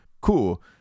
cool